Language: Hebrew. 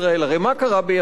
הרי מה קרה ביוון?